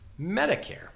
Medicare